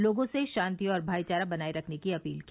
लोगों से शांति और भाईचारा बनाए रखने की अपील की